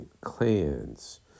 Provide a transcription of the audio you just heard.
clans